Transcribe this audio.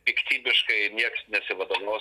piktybiškai nieks nesivadovaus